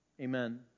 Amen